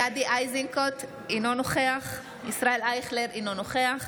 גדי איזנקוט, אינו נוכח ישראל אייכלר, אינו נוכח